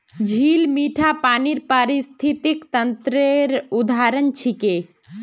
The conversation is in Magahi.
झील मीठा पानीर पारिस्थितिक तंत्रेर उदाहरण छिके